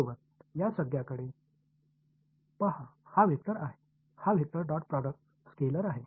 बरोबर या संज्ञाकडे पहा हा वेक्टर आहे हा वेक्टर डॉट प्रॉडक्ट स्केलर आहे